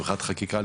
מבחינת חקיקה,